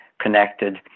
connected